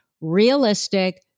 realistic